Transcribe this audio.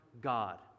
God